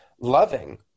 loving